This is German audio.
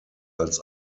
als